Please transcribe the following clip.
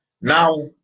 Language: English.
now